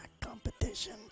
competition